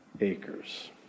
acres